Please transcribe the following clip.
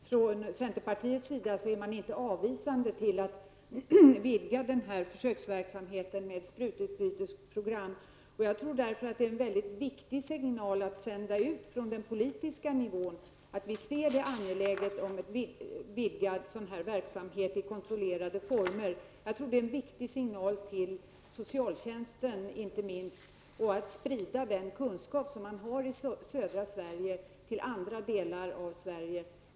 Herr talman! Jag noterar att man från centerpartiets sida inte är avvisande till att vidga den här försöksverksamheten med sprututbytesprogram. Jag tror därför att det är en mycket viktig signal att sända ut från den politiska nivån, att vi ser det som angeläget med en sådan vidgad verksamhet i kontrollerade former. Det är en viktig signal till inte minst socialtjänsten, och det är angeläget att den kunskap som finns i södra Sverige sprids till andra delar av landet.